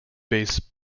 based